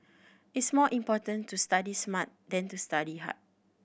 it is more important to study smart than to study hard